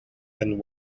and